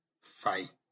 fight